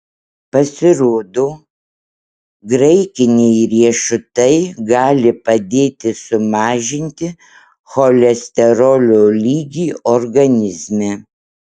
pasirodo graikiniai riešutai gali padėti sumažinti cholesterolio lygį organizme